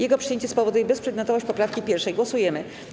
Jego przyjęcie spowoduje bezprzedmiotowość poprawki 1. Głosujemy.